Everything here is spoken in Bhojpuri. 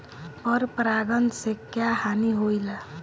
पर परागण से क्या हानि होईला?